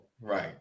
Right